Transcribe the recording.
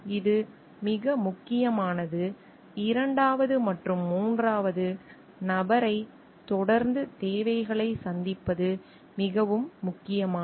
இது மிக முக்கியமானது இரண்டாவது மற்றும் மூன்றாவது நபரை தொடர்ந்து தேவைகளை சந்திப்பது மிகவும் முக்கியமானது